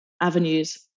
avenues